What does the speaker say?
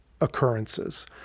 occurrences